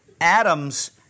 Adam's